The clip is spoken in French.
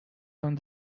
vingt